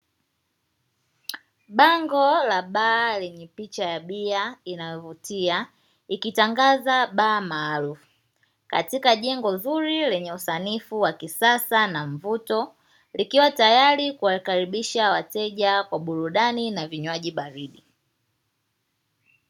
Bango la baa lenye picha ya bia inayovutia ikitangaza baa maarufu katika jengo zuri lenye usanifu wa kisasa na mvuto, likiwa tayari kuwakaribisha wateja kwa burudani na vinywaji baridi.